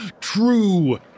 true